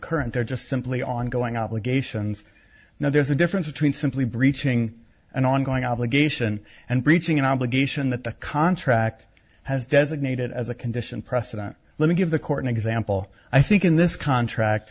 current they're just simply ongoing obligations now there's a difference between simply breaching an ongoing obligation and breaching an obligation that the contract has designated as a condition precedent let me give the court an example i think in this contract